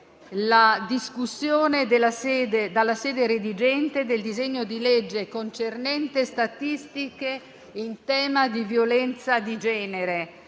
la discussione, dalla sede redigente, del disegno di legge concernente statistiche in tema di violenza di genere.